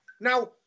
now